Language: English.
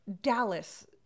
Dallas